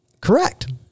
correct